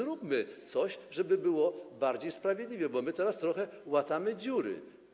Zróbmy coś, żeby było bardziej sprawiedliwie, bo my teraz trochę łatamy dziury.